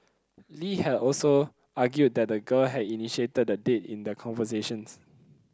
Lee had also argued that the girl had initiated the date in their conversations